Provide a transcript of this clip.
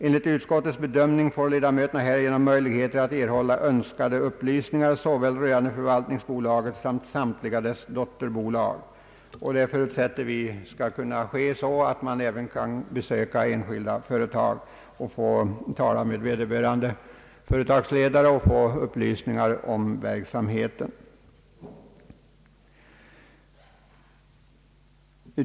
Enligt utskottets bedömning får ledamöterna härigenom möjligheter att erhålla önskade upplysningar rörande såväl förvaltningsbolaget som samtliga dess dotterbolag.» Vi förutsätter att detta bl.a. skall kunna ske genom besök hos olika företag och genom att man av vederbörande företagsledare får upplysningar om verksamheten.